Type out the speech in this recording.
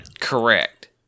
Correct